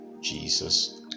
Jesus